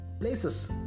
places